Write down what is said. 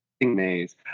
maze